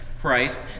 Christ